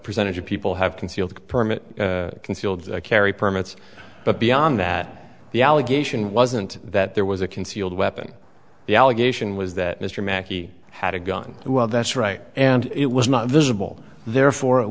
percentage of people have concealed permit concealed carry permits but beyond that the allegation wasn't that there was a concealed weapon the allegation was that mr makki had a gun and well that's right and it was not visible therefore it